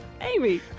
Amy